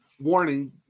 warning